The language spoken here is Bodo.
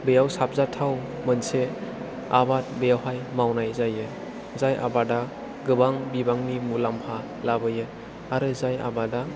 बेयाव साबजाथाव मोनसे आबाद बेवहाय मावनाय जायो जाय आबादआ गोबां बिबांनि मुलाम्फा लाबोयो आरो जाय आबादआ